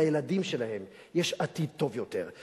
לילדים שלהם יש עתיד טוב יותר.